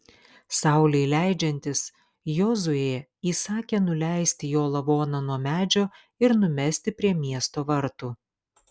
saulei leidžiantis jozuė įsakė nuleisti jo lavoną nuo medžio ir numesti prie miesto vartų